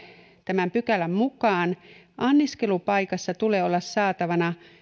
tämän pykälän mukaan anniskelupaikassa tulee olla saatavana